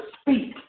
speak